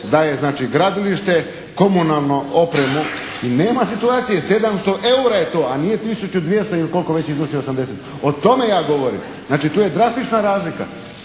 daje znači gradilište, komunalnu opremu i nema situacije. 700 eura je to, a nije tisući 200 ili koliko već iznosi, 80. O tome ja govorim. Znači tu je drastična razlika.